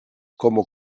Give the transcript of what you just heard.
como